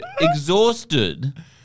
exhausted